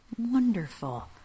Wonderful